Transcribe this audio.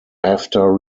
after